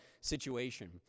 situation